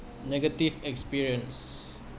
negative experience